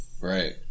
Right